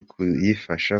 kuyifasha